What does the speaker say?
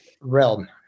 realm